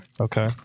Okay